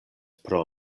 pro